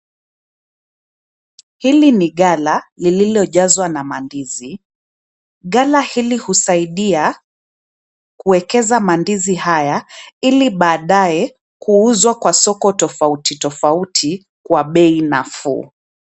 Hili ni ghala lililojazwa na mandizi. Ghala hili husaidia kuekeza mandizi haya ili baadaye kuuzwa kwa soko tofauti tofauti kwa bei nafuu.